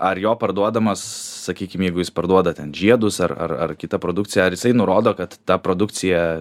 ar jo parduodamas sakykim jeigu jis parduoda ten žiedus ar ar ar kitą produkciją ar jisai nurodo kad ta produkcija